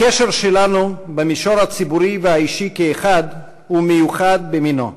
הקשר שלנו במישור הציבורי והאישי כאחד הוא מיוחד במינו.